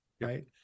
right